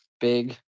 big